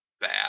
bad